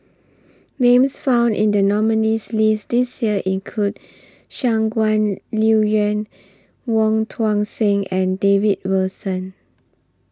Names found in The nominees' list This Year include Shangguan Liuyun Wong Tuang Seng and David Wilson